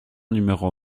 numéro